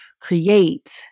create